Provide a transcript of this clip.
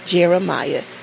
Jeremiah